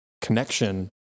connection